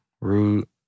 root